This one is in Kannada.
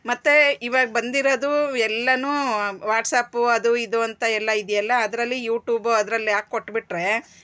ಮತ್ತು ಇವಾಗ ಬಂದಿರೋದು ಎಲ್ಲವು ವಾಟ್ಸ್ಆ್ಯಪು ಅದು ಇದು ಅಂತ ಎಲ್ಲ ಇದೆಯಲ್ಲ ಅದ್ರಲ್ಲಿ ಯೂಟ್ಯೂಬು ಅದ್ರಲ್ಲಿ ಹಾಕಿ ಕೊಟ್ಬಿಟ್ರೆ